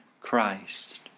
Christ